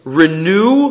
renew